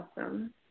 Awesome